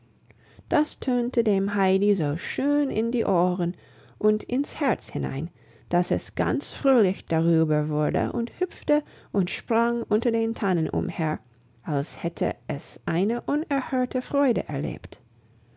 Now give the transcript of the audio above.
das tönte dem heidi so schön in die ohren und ins herz hinein dass es ganz fröhlich darüber wurde und hüpfte und sprang unter den tannen umher als hätte es eine unerhörte freude erlebt